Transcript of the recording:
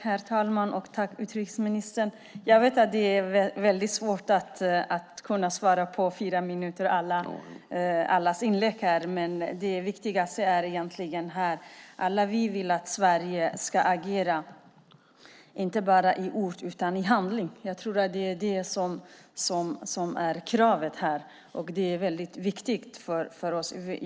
Herr talman! Tack, utrikesministern! Jag vet att det är väldigt svårt att på fyra minuter kunna svara på allas inlägg, men det viktigaste här är egentligen att vi alla vill att Sverige ska agera - inte bara i ord utan i handling. Det är det som är kravet här, och det är väldigt viktigt för oss.